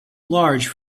large